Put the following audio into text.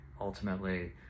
ultimately